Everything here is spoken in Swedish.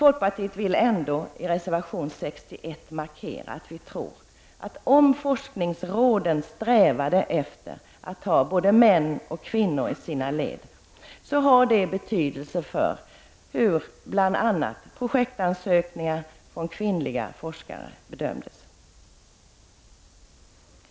Folkpartiet vill ändå i reservation 61 markera att vi tror att om forskningsråden skulle sträva efter att ha både män och kvinnor i sina led så skulle det få betydelse för hur bl.a. projektansökningar från kvinnliga forskare bedöms.